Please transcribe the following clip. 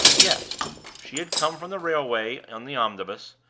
yes she had come from the railway in the omnibus,